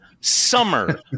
summer